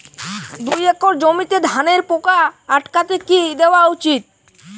দুই একর জমিতে ধানের পোকা আটকাতে কি দেওয়া উচিৎ?